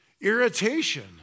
irritation